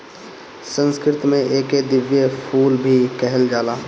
संस्कृत में एके दिव्य फूल भी कहल जाला